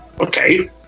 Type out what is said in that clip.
Okay